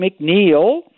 mcneil